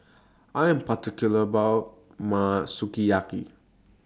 I Am particular about My Sukiyaki